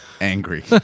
angry